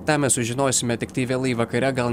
tą mes sužinosime tiktai vėlai vakare gal